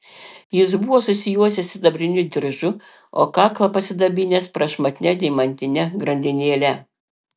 jis buvo susijuosęs sidabriniu diržu o kaklą pasidabinęs prašmatnia deimantine grandinėle